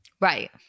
Right